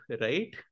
right